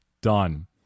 done